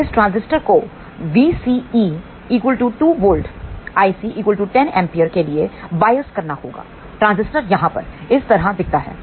तो इस ट्रांजिस्टर को वीसीई 2 वोल्ट आईसी 10 A के लिए बायस करना होगा ट्रांजिस्टर यहां पर इस तरह दिखता है